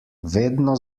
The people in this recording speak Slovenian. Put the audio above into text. vedno